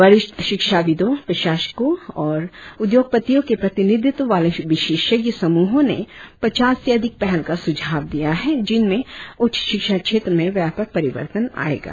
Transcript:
वरिष्ठ शिक्षाविदों प्रशासको और उद्योगपतियों के प्रतिनिधित्व वाले विशेषज्ञ समूहों ने पचास से अधिक पहल का सुझाव दिया है जिनमें उच्च शिक्षा क्षेत्र में व्यापक परिवर्तन आएगा